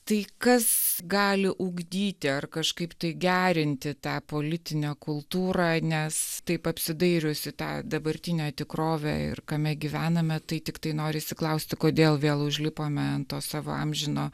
tai kas gali ugdyti ar kažkaip tai gerinti tą politinę kultūrą nes taip apsidairius į tą dabartinę tikrovę ir kame gyvename tai tiktai norisi klausti kodėl vėl užlipome ant to savo amžino